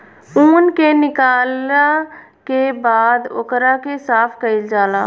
ऊन के निकालला के बाद ओकरा के साफ कईल जाला